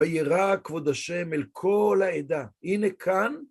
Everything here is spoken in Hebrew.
וירא כבוד השם אל כל העדה, הנה כאן.